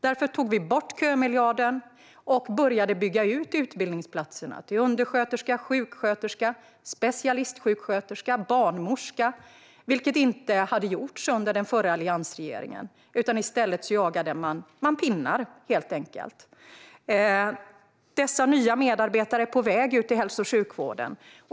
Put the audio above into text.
Därför tog vi bort kömiljarden och började bygga ut utbildningsplatserna till undersköterska, sjuksköterska, specialistsjuksköterska och barnmorska, vilket inte hade gjorts under den förra alliansregeringen. I stället jagade man pinnar, helt enkelt. Dessa nya medarbetare är på väg ut i hälso och sjukvården.